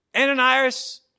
Ananias